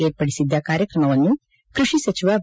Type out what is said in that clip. ವಿರ್ಪಡಿಸಿದ್ದ ಕಾರ್ಯಕ್ರಮವನ್ನು ಕೃಷಿ ಸಚಿವ ಬಿ